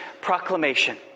Proclamation